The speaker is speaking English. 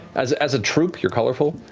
as as a troop, you're colorful.